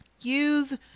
use